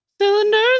Cylinders